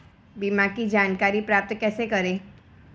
बीमा की जानकारी प्राप्त कैसे करें?